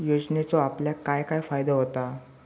योजनेचो आपल्याक काय काय फायदो होता?